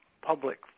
public